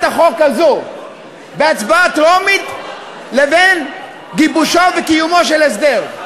החוק הזאת בהצבעה טרומית לבין גיבושו וקיומו של הסדר?